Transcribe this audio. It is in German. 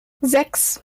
sechs